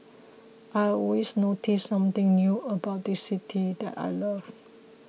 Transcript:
I always notice something new about this city that I love